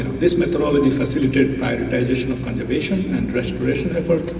this methodology facilitates prioritization of conservation and restoration efforts,